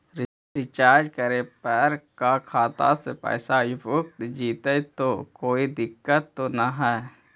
Recharge करे पर का खाता से पैसा उपयुक्त जितै तो कोई दिक्कत तो ना है?